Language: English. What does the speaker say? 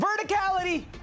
Verticality